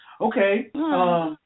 Okay